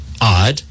odd